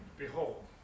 Behold